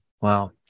Wow